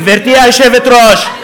גברתי היושבת-ראש,